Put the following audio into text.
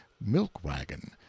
milk-wagon